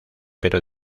pero